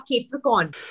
Capricorn